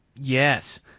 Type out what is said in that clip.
Yes